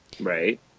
Right